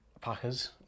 packers